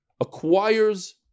acquires